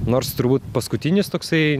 nors turbūt paskutinis toksai